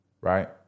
right